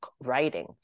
writing